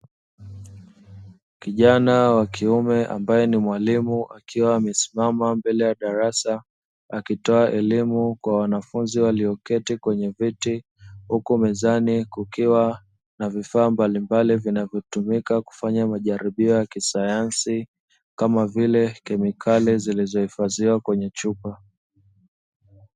Kijana wa kiume ambaye ni mwalimu akiwa amesimama mbele ya darasa akitoa elimu kwa wanafunzi walioketi kwenye viti huku mezani kukiwa na vifaa mbalimbali vinavyotumika kufanya majaribio ya kisayansi kama vile kemikali zilizohifadhiwa kwenye chupa.